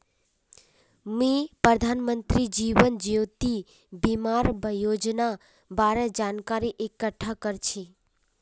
मी प्रधानमंत्री जीवन ज्योति बीमार योजनार बारे जानकारी इकट्ठा कर छी